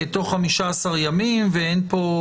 חוב בלתי קצוב אינו ניתן לאומדן הוגן,